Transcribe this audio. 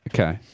Okay